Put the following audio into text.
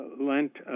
Lent